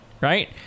right